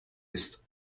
ist